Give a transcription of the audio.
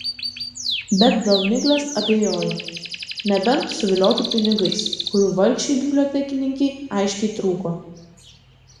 bet dėl miglės abejojo nebent suviliotų pinigais kurių vargšei bibliotekininkei aiškiai trūko